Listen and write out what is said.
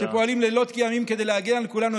שפועלים לילות כימים כדי להגן על כולנו,